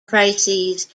crises